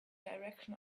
direction